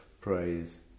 praise